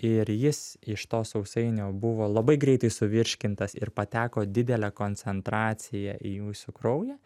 ir jis iš to sausainio buvo labai greitai suvirškintas ir pateko didelė koncentracija į jūsų kraują